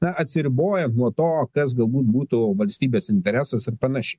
na atsiribojant nuo to kas galbūt būtų valstybės interesas ir panašiai